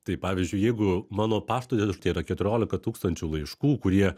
tai pavyzdžiui jeigu mano pašto dėžutėje yra keturiolika tūkstančių laiškų kurie